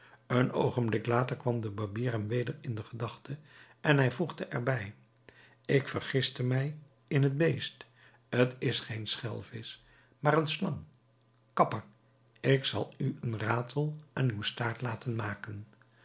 een oogenblik later kwam de barbier hem weder in de gedachte en hij voegde er bij ik vergiste mij in het beest t is geen schelvisch maar een slang kapper ik zal u een ratel aan uw staart laten maken